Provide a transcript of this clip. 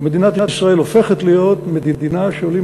ומדינת ישראל הופכת להיות מדינה שעולים